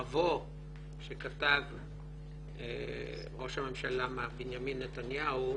למבוא שכתב ראש הממשלה מר בנימין נתניהו,